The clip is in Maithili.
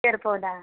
पेड़ पौधा